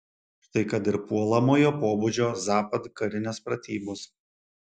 štai kad ir puolamojo pobūdžio zapad karinės pratybos